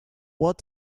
what